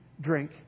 drink